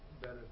better